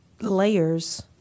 layers